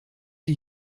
die